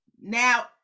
now